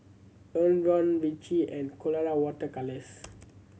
Enervon Vichy and Colora Water Colours